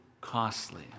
costly